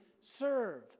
serve